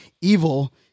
evil